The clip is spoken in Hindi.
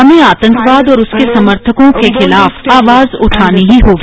हमें आतंकवाद और उसके समर्थकों के खिलाफ आवाज उठानी ही होगी